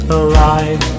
alive